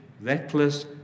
reckless